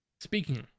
speaking